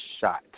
shot